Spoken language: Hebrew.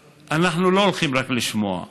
ואנחנו לא הולכים רק לשמוע.